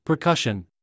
percussion